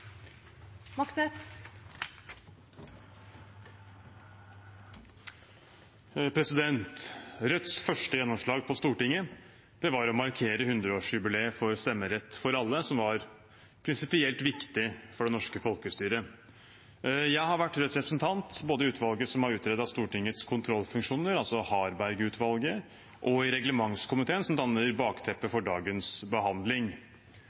Rødts første gjennomslag på Stortinget var å markere 100-årsjubileet for stemmerett for alle, som var prinsipielt viktig for det norske folkestyret. Jeg har vært Rødts representant både i utvalget som har utredet Stortingets kontrollfunksjoner, altså Harberg-utvalget, og i reglementskomiteen, som danner bakteppet for dagens behandling.